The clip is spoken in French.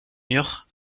mur